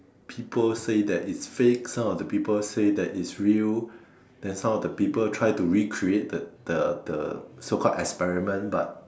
people say that it's fake some of the people say that it's real then some of the people try to recreate the the the so called experiment but